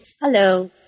Hello